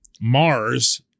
Mars